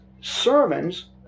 sermons